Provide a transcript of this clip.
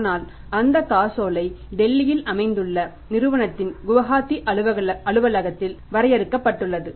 ஆனால் அந்த காசோலை டெல்லியில் அமைந்துள்ள நிறுவனத்தின் குவஹாத்தி அலுவலகத்தில் வரையப்பட்டுள்ளது